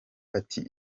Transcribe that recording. ati